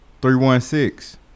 three-one-six